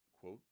quote